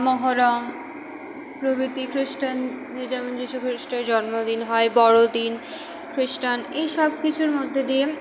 মহরম প্রভৃতি খ্রিষ্টানদের যেমন যিশু খ্রিস্টের জন্মদিন হয় বড়দিন খ্রিস্টান এই সব কিছুর মধ্যে দিয়ে